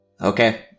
Okay